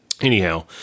Anyhow